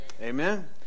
Amen